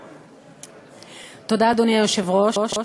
תודה, אדוני היושב-ראש,